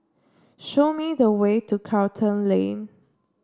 show me the way to Charlton Lane